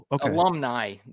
alumni